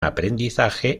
aprendizaje